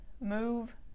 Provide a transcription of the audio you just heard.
Move